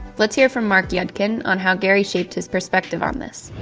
let's hear from marc yudkin on how gary shaped his perspective on this.